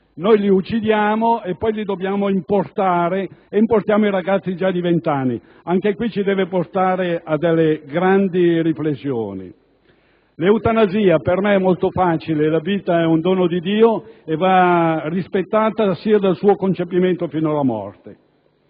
Noi li uccidiamo e poi li dobbiamo importare e importiamo ragazzi già di venti anni. Anche questo ci deve portare a grandi riflessioni. L'eutanasia. Per me è molto facile: la vita è un dono di Dio e va rispettata dal suo concepimento fino alla morte.